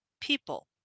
people